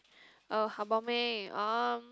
oh about me orh